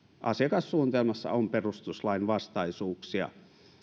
asiakassuunnitelmassa on perustuslainvastaisuuksia